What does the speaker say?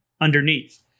underneath